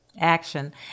Action